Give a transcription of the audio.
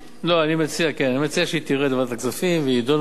אני מציע שהיא תרד לוועדת הכספים וידונו בה,